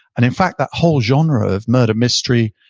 and in fact that whole genre of murder mystery,